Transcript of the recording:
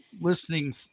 listening